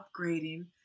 upgrading